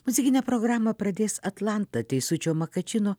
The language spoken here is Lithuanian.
muzikinę programą pradės atlanta teisučio makačino